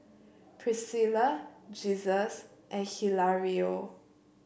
Priscilla Jesus and Hilario